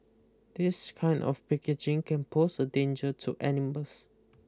this kind of packaging can pose a danger to animals